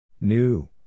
New